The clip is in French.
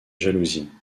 jalousie